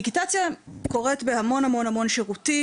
דיגיטציה קורית בהמון המון המון שירותים,